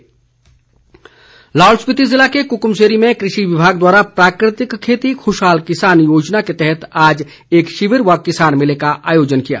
शिविर लाहौल स्पीति जिले के कुकुमसेरी में कृषि विभाग द्वारा प्राकृतिक खेती खुशहाल किसान योजना के तहत आज एक शिविर व किसान मेले का आयोजन किया गया